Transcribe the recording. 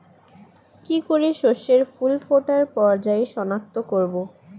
কি করে শস্যের ফুল ফোটার পর্যায় শনাক্ত করব?